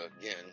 again